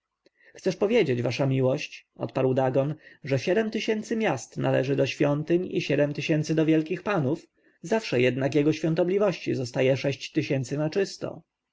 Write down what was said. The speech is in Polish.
chcesz powiedzieć wasza miłość odparł dagon że siedem tysięcy miast należy do świątyń i siedem tysięcy do wielkich panów zawsze jednak jego świątobliwości zostaje sześć tysięcy na czysto